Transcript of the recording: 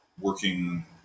working